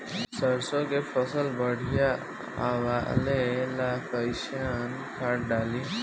सरसों के फसल बढ़िया उगावे ला कैसन खाद डाली?